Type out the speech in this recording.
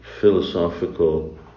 philosophical